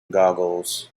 googles